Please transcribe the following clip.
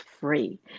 free